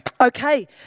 Okay